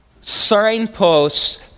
signposts